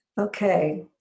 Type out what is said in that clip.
Okay